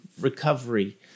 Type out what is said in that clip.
recovery